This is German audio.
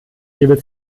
gebe